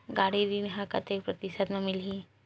गाड़ी ऋण ह कतेक प्रतिशत म मिलही?